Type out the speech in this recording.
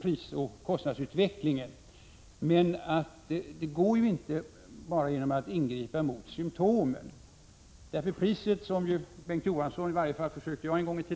prisoch kostnadsutvecklingen, men det går ju inte genom att bara ingripa mot symptomen. Som jag en gång i tiden försökte lära Bengt K.